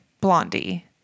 Blondie